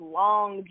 long